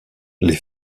les